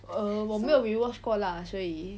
err 我没有 rewatch 过啦所以